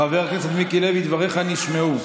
חבר הכנסת מיקי לוי, דבריך נשמעו.